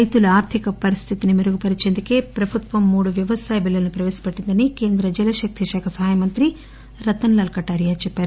రైతుల ఆర్థిక పరిస్తిని మెరుగు పరచేందుకే ప్రభుత్వం మూడు వ్యవసాయ బిల్లులను ప్రవేశపెట్టిందని కేంద్ర జలశక్తి శాఖ సహాయ మంత్రి రతన్ లాల్ కటారియా చెప్పారు